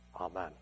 Amen